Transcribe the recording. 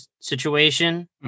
situation